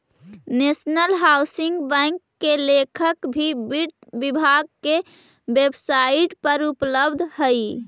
national housing bank के उल्लेख भी वित्त विभाग के वेबसाइट पर उपलब्ध हइ